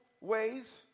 ways